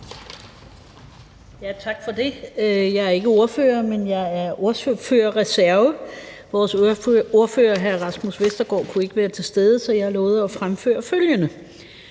Tak for det. Jeg er ikke ordfører, men jeg er ordførerreserve, for vores ordfører hr. Rasmus Vestergaard Madsen kan ikke være til stede. Jeg har lovet at fremføre følgende: